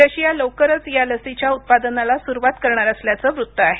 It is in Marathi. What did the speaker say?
रशिया लवकरच या लसीच्या उत्पादनाला सुरुवात करणार असल्याचं वृत्त आहे